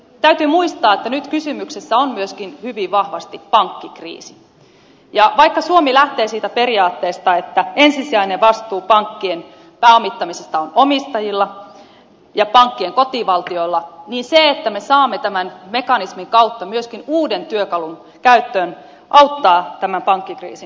täytyy muistaa että nyt kysymyksessä on myöskin hyvin vahvasti pankkikriisi ja vaikka suomi lähtee siitä periaatteesta että ensisijainen vastuu pankkien pääomittamisesta on omistajilla ja pankkien kotivaltioilla niin se että me saamme tämän mekanismin kautta myöskin uuden työkalun käyttöön auttaa tämän pankkikriisin hoidossa